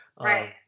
Right